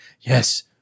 Yes